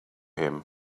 him